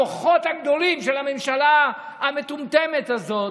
המוחות הגדולים של הממשלה המטומטמת הזאת: